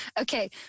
Okay